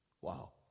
Wow